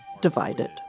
divided